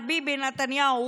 מר ביבי נתניהו,